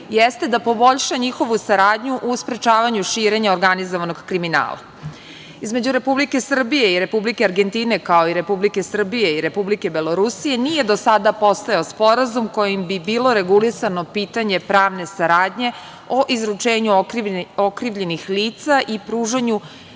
jeste da poboljša njihovu saradnju u sprečavanju širenja organizovanog kriminala. Između Republike Srbije i Republike Argentine, kao i Republike Srbije i Republike Belorusije nije do sada postojao sporazum kojim bi bilo regulisano pitanje pravne saradnje o izručenju okrivljenih lica i pružanju